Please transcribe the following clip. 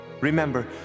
Remember